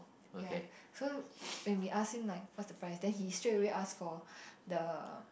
ya so when we ask him like what's the price then he straight away ask for the